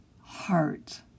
heart